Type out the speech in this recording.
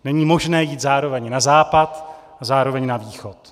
Není možné jít zároveň na západ a zároveň na východ.